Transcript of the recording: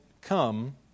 come